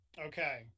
Okay